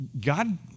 God